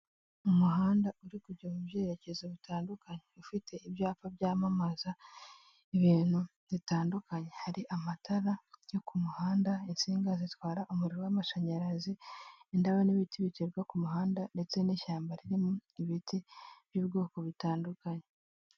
Umuhanda uri kujya mu byerekezo bitandukanye, ufite ibyapa byamamaza ibintu bitandukanye. Hari amatara yo ku muhanda, insinga zitwara umuriro w'amashanyarazi, indabo n'ibiti biterwa ku muhanda ndetse n'ishyamba ririmo ibiti by'ubwoko butandukanye.